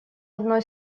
одной